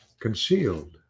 concealed